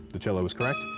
the cello is correct.